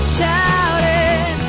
shouting